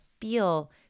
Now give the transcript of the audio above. feel